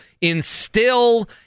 instill